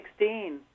2016